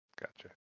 Gotcha